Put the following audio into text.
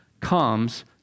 comes